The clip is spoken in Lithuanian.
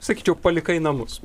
sakyčiau palikai namus